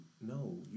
no